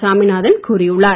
சாமிநாதன் கூறியுள்ளார்